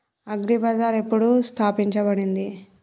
Agri bazaar ఎప్పుడు స్థాపించబడింది?